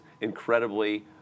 incredibly